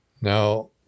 Now